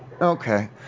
Okay